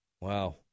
Wow